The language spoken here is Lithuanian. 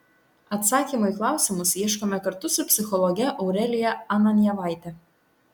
atsakymų į klausimus ieškome kartu su psichologe aurelija ananjevaite